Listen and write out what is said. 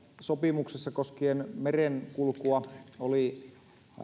sopimuksessa koskien merenkulkua oli